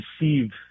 received